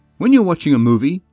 when you're watching a movie,